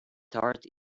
tart